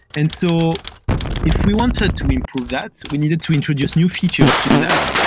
and so if we wanted to improve that, we needed to introduce new features to do that.